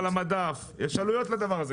יש עלויות לדבר הזה.